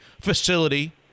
facility